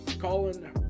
colin